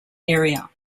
area